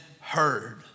heard